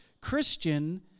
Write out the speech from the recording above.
Christian